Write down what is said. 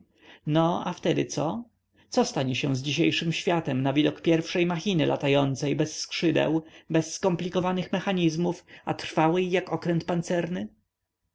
no a wtedy co co stanie się z dzisiejszym światem na widok pierwszej machiny latającej bez skrzydeł bez skomplikowanych mechanizmów a trwałej jak okręt pancerny